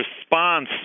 response